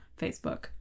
Facebook